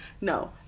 No